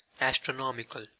Astronomical